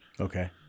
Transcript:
Okay